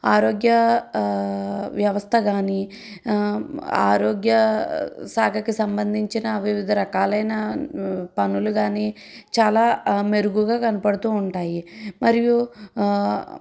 ఆరోగ్య వ్యవస్థ కాని ఆరోగ్య శాఖకు సంబంధించిన వివిధ రకాలైన పనులు కాని చాలా మెరుగుగా కనబడుతుంటాయి మరియు